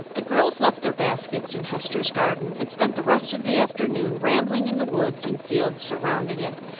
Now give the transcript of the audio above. the girls left their baskets in hester's garden and spent the rest of the afternoon rambling in the woods and fields surrounding it,